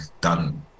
done